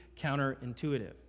counterintuitive